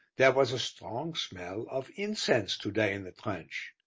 there was a strong smell of incense to-day in the trench.